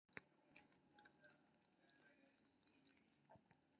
यूरोपक लोककथा मे एकरा मृत्युक फूल कहल जाए छै